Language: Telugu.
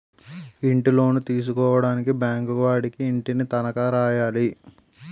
ఇంటిలోను తీసుకోవడానికి బ్యాంకు వాడికి ఇంటిని తనఖా రాయాలి